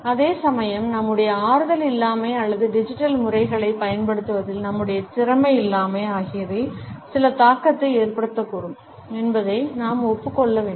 அதே சமயம் நம்முடைய ஆறுதல் இல்லாமை அல்லது டிஜிட்டல் முறைகளைப் பயன்படுத்துவதில் நம்முடைய திறமை இல்லாமை ஆகியவை சில தாக்கத்தை ஏற்படுத்தக்கூடும் என்பதை நாம் ஒப்புக் கொள்ள வேண்டும்